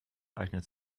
eignet